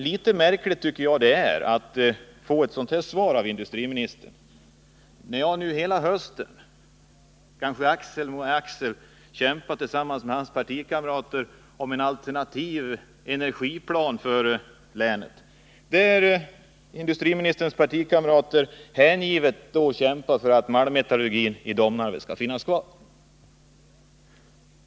Litet märkligt tycker jag det är att få ett sådant här svar av industriministern, när jag nu hela hösten har kämpat tillsammans med hans partikamrater — axel mot axel — för en alternativ energiplan för länet. Industriministerns partikamrater har alltså hängivet 163 kämpat för att malmmetallurgin i Domnarvet skall få finnas kvar.